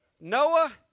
Noah